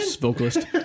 vocalist